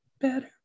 better